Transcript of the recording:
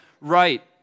right